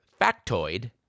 factoid